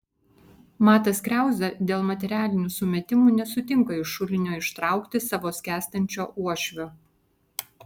matas kriauza dėl materialinių sumetimų nesutinka iš šulinio ištraukti savo skęstančio uošvio